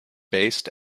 based